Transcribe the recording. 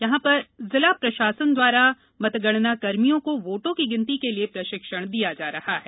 वहां पर जिला प्रशासन द्वारा मतगणनाकर्मियों को वोटों की गिनती के लिए प्रशिक्षण दिया जा रहा है